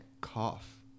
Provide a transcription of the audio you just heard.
cough